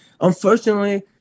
unfortunately